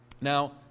Now